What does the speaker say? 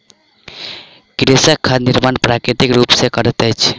कृषक खाद निर्माण प्राकृतिक रूप सॅ करैत अछि